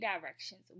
directions